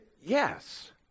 yes